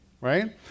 right